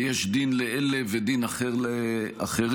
יש דין לאלה ודין אחר לאחרים.